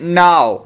now